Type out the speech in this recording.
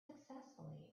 successfully